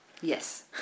Yes